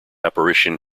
apparition